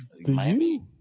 Miami